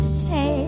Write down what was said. say